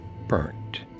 burnt